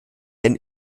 wenn